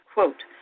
Quote